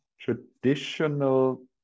traditional